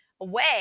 away